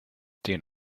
den